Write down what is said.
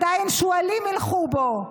עדיין "שועלים הילכו בו",